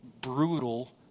brutal